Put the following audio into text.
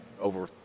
over